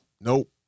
Nope